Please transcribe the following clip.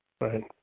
Right